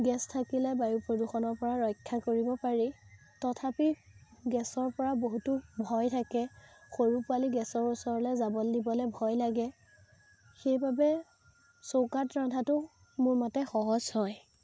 gas থাকিলে বায়ু প্ৰদূষণৰ পৰা ৰক্ষা কৰিব পাৰি তথাপি গেছৰ পৰা বহুতো ভয় থাকে সৰু পোৱালী গেছৰ ওচৰলৈ যাবলৈ দিবলৈ ভয় লাগে সেইবাবে চৌকাত ৰন্ধাটো মোৰ মতে সহজ হয়